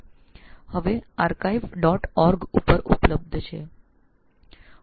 હવે archive dot org પર ઉપલબ્ધ છે